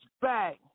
back